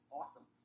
awesome